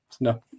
No